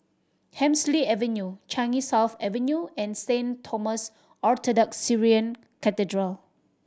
Hemsley Avenue Changi South Avenue and Saint Thomas Orthodox Syrian Cathedral